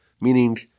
meaning